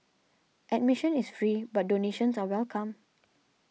admission is free but donations are welcome